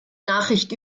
nachricht